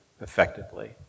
effectively